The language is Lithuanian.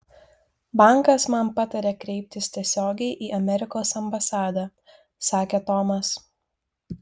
bankas man patarė kreiptis tiesiogiai į amerikos ambasadą sakė tomas